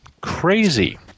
Crazy